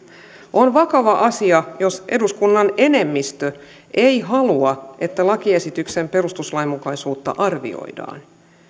on vakava asia jos eduskunnan enemmistö ei halua että lakiesityksen perustuslainmukaisuutta arvioidaan